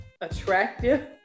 attractive